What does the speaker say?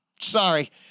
Sorry